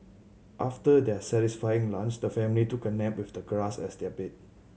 after their satisfying lunch the family took a nap with the grass as their bed